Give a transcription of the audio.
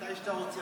מתי שאתה רוצה.